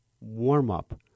warm-up